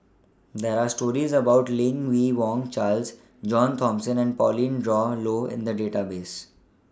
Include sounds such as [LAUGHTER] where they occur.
[NOISE] There Are stories about Lim Yi Yong Charles John Thomson and Pauline Dawn Loh in The Database